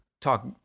talk